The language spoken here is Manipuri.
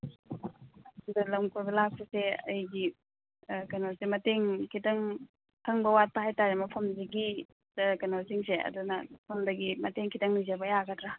ꯁꯤꯗ ꯂꯝ ꯀꯣꯏꯕ ꯂꯥꯛꯄꯁꯦ ꯑꯩꯒꯤ ꯀꯩꯅꯣꯁꯦ ꯃꯇꯦꯡ ꯈꯤꯇꯪ ꯈꯪꯕ ꯋꯥꯠꯄ ꯍꯥꯏꯇꯔꯦ ꯃꯐꯝꯁꯤꯒꯤ ꯀꯩꯅꯣꯁꯤꯡꯁꯦ ꯑꯗꯨꯅ ꯁꯣꯝꯗꯒꯤ ꯃꯇꯦꯡ ꯈꯤꯇꯪ ꯅꯤꯖꯕ ꯌꯥꯒꯗ꯭ꯔꯥ